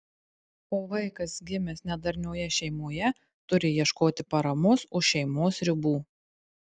o vaikas gimęs nedarnioje šeimoje turi ieškoti paramos už šeimos ribų